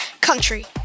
country